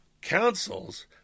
councils